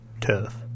Tough